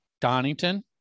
Donington